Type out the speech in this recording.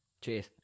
Cheers